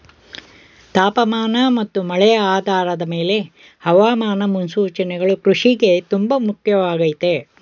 ತಾಪಮಾನ ಮತ್ತು ಮಳೆ ಆಧಾರದ್ ಮೇಲೆ ಹವಾಮಾನ ಮುನ್ಸೂಚನೆಗಳು ಕೃಷಿಗೆ ತುಂಬ ಮುಖ್ಯವಾಗಯ್ತೆ